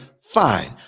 fine